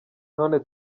none